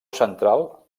central